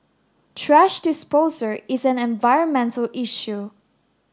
thrash disposal is an environmental issue